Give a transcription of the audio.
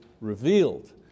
revealed